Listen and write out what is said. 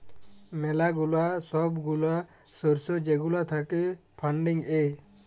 ম্যালা গুলা সব গুলা সর্স যেগুলা থাক্যে ফান্ডিং এ